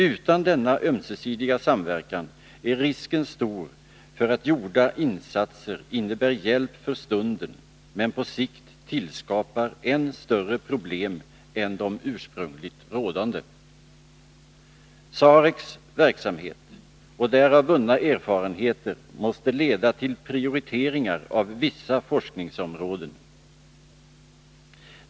Utan denna ömsesidiga samverkan är risken stor för att gjorda insatser innebär hjälp för stunden men på sikt tillskapar än större problem än de ursprungligt rådande. SAREC:s verksamhet och därav vunna erfarenheter måste leda till prioriteringar av vissa forskningsområden.